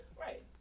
Right